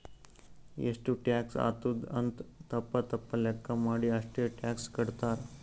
ಎಷ್ಟು ಟ್ಯಾಕ್ಸ್ ಆತ್ತುದ್ ಅಂತ್ ತಪ್ಪ ತಪ್ಪ ಲೆಕ್ಕಾ ಮಾಡಿ ಅಷ್ಟೇ ಟ್ಯಾಕ್ಸ್ ಕಟ್ತಾರ್